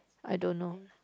I don't know